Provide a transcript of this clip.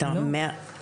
לא,